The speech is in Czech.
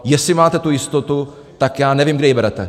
Jestli máte tu jistotu, tak já nevím, kde ji berete.